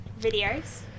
videos